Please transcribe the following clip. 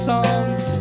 songs